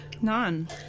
None